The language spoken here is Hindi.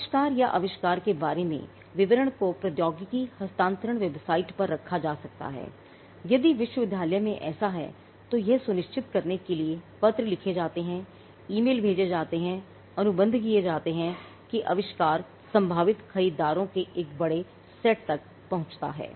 आविष्कार या आविष्कार के बारे में विवरण को प्रौद्योगिकी हस्तांतरण वेबसाइट पर रखा जा सकता है यदि विश्वविद्यालय में ऐसा हैतो यह सुनिश्चित करने के लिए पत्र लिखे जाते हैं ईमेल भेजे जाते हैंअनुबंध किए जाते हैं कि आविष्कार संभावित खरीदारों के एक बड़े सेट तक पहुंचता है